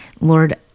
Lord